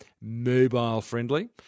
mobile-friendly